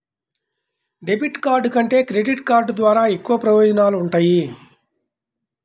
debit card కంటే credit card ద్వారా ఎక్కువ ప్రయోజనాలు వుంటయ్యి